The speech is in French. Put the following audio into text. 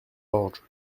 orge